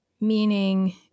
meaning